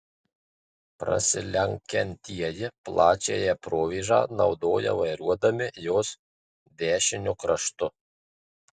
prasilenkiantieji plačiąją provėžą naudoja vairuodami jos dešiniu kraštu